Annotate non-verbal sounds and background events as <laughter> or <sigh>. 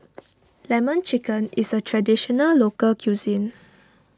<noise> Lemon Chicken is a Traditional Local Cuisine